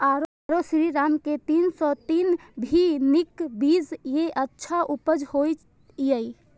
आरो श्रीराम के तीन सौ तीन भी नीक बीज ये अच्छा उपज होय इय?